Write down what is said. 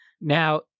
Now